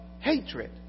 hatred